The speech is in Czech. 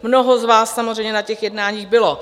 Mnoho z vás samozřejmě na těch jednání bylo.